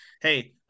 Hey